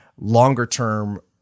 longer-term